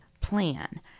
plan